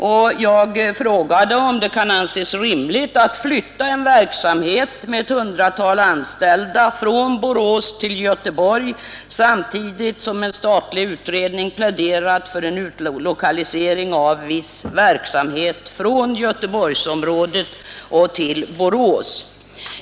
Och jag frågade om det kan anses rimligt att flytta en verksamhet med ett hundratal anställda från Borås till Göteborg samtidigt som en statlig utredning pläderat för en utlokalisering av viss verksamhet från Göteborgsområdet till Borås.